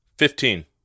Fifteen